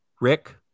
Rick